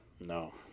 No